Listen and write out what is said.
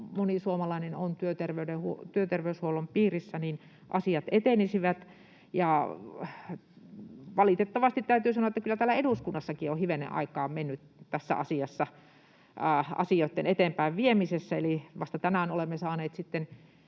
moni suomalainen on työterveyshuollon piirissä, niin asiat etenisivät. Valitettavasti täytyy sanoa, että kyllä täällä eduskunnassakin on hivenen aikaa mennyt näitten asioitten eteenpäinviemisessä, eli vasta tänään olemme saaneet